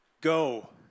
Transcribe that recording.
go